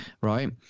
right